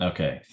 Okay